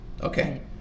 Okay